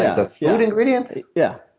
the food ingredients? yeah